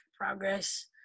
progress